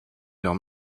leurs